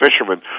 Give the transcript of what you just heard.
fishermen